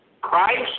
Christ